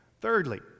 Thirdly